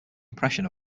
impression